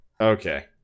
Okay